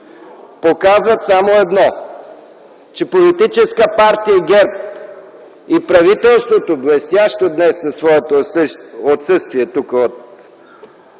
показват само едно, че политическа партия ГЕРБ и правителството, блестящо днес със своето отсъствие тук от